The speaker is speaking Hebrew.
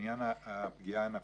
בעניין הפגיעה הנפשית.